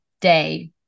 day